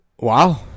Wow